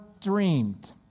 dreamed